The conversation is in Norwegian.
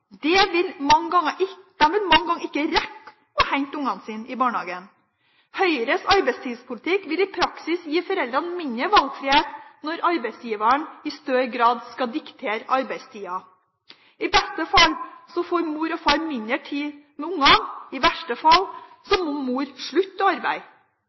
barnehagen. Høyres arbeidstidspolitikk vil i praksis gi foreldrene mindre valgfrihet når arbeidsgiveren i større grad skal diktere arbeidstida. I beste fall får mor og far mindre tid med barna, i verste fall må mor slutte å arbeide. Høyresida i Europa har brukt fleksibel arbeidstid og